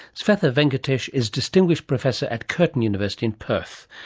svetha venkatesh is distinguished professor at curtin university in perth,